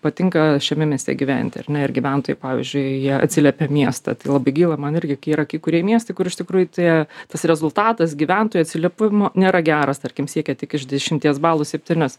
patinka šiame mieste gyventi ar ne ir gyventojai pavyzdžiui jie atsiliepia miestą tai labai gaila man irgi yra kai kurie miestai kur iš tikrųjų tie tas rezultatas gyventojų atsiliepimų nėra geras tarkim siekia tik iš dešimties balų septynis